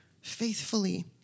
faithfully